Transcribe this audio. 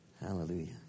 Hallelujah